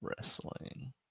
wrestling